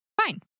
fine